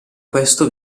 questo